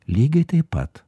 lygiai taip pat